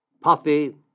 puffy